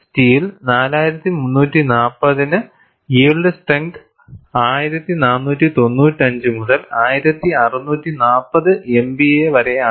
steel 4340 ന് yield strength 1495 മുതൽ 1640 MPa വരെയാണ്